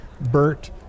Bert